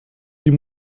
die